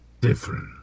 different